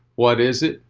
what is it,